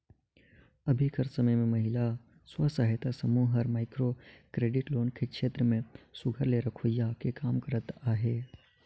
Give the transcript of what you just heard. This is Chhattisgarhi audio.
अभीं कर समे में महिला स्व सहायता समूह हर माइक्रो क्रेडिट लोन के छेत्र में सुग्घर ले रोखियाए के काम करत अहे